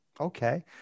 okay